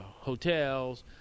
hotels